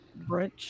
brunch